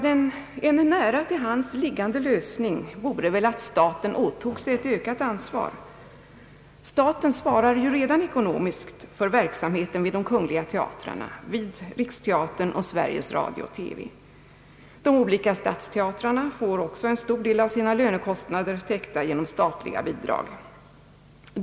Den närmast liggande lösningen är väl att staten åtar sig ett ökat ansvar. Staten svarar ju redan nu ekonomiskt för verksamheten vid de kungliga teatrarna, Riksteatern och Sveriges Radio TV. De olika statsteatrarna får också en stor del av sina lönekostnader täckta genom statliga bidrag.